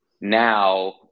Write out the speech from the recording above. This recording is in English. now